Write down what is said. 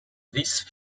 these